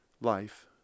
life